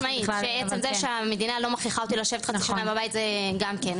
חד משמעית שעצם זה שהמדינה לא מכריחה אותי לשבת 50 יום בבית זה גם כן,